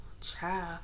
child